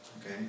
Okay